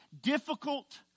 difficult